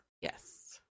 Yes